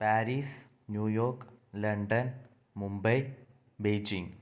Paris New York London Mumbai Beijing